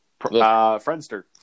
Friendster